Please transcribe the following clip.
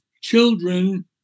children